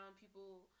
people